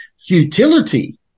futility